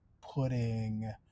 putting